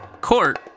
court